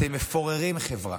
אתם מפוררים חברה,